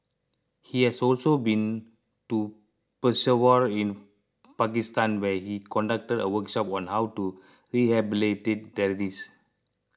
he has also been to Peshawar in Pakistan where he conducted a workshop on how to rehabilitate terrorists